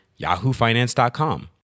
yahoofinance.com